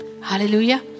Hallelujah